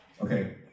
Okay